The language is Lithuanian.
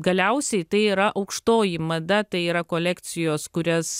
galiausiai tai yra aukštoji mada tai yra kolekcijos kurias